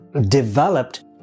developed